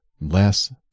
less